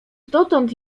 dotąd